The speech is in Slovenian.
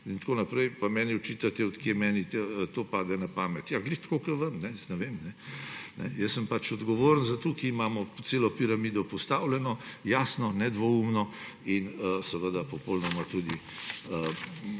in tako naprej, pa meni očitate, od kod meni to pade na pamet. Ja ravno tako kot vam. Jaz ne vem, jaz sem pač odgovoren za, tukaj imamo celo piramido postavljeno, jasno, nedvoumno in seveda popolnoma